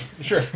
sure